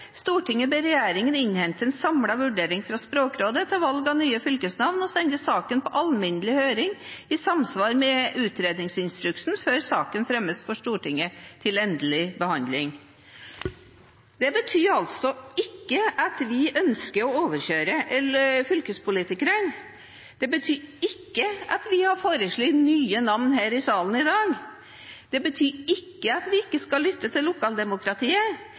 saken på alminnelig høring i samsvar med utredningsinstruksen før saken fremmes for Stortinget til endelig behandling.» Det betyr ikke at vi ønsker å overkjøre fylkespolitikerne. Det betyr ikke at vi har foreslått nye navn i salen i dag. Det betyr ikke at vi ikke skal lytte til lokaldemokratiet.